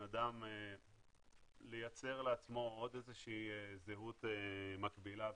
אדם לייצר לעצמו עוד איזו שהיא זהות מקבילה וירטואלית,